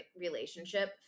relationship